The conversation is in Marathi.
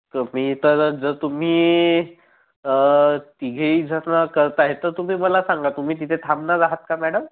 तर मी तर जर तुम्ही तिघे ही जर न करता ह्याचं तुम्ही मला सांगा तुम्ही तिथे थांबणार आहात का मॅडम